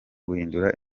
guhindura